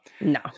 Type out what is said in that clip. No